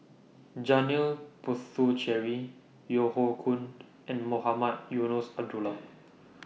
Janil Puthucheary Yeo Hoe Koon and Mohamed Eunos Abdullah